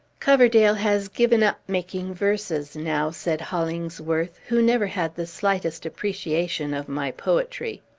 coverdale has given up making verses now, said hollingsworth, who never had the slightest appreciation of my poetry.